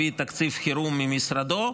הביא תקציב חירום ממשרדו,